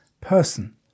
person